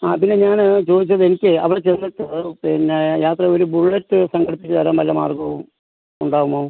അതിന് ഞാൻ ചോദിച്ചത് എനിക്ക് അവിടെ ചെന്നിട്ട് പിന്നെ അത് ഒരു ബുള്ളറ്റ് സംഘടിപ്പിച്ച് തരാൻ വല്ല മാർഗവും ഉണ്ടാവുമോ